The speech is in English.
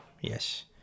yes